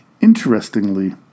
Interestingly